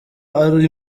ari